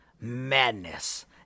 madness